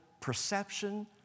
perception